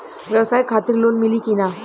ब्यवसाय खातिर लोन मिली कि ना?